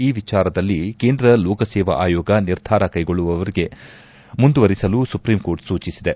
ಈ ವಿಚಾರದಲ್ಲಿ ಕೇಂದ್ರ ಲೋಕಸೇವಾ ಆಯೋಗ ನಿರ್ಧಾರ ಕೈಗೊಳ್ಳುವವರೆಗೆ ಮುಂದುವರಿಸಲು ಸುಪ್ರೀಂಕೋರ್ಟ್ ಸೂಚಿಸಿದೆ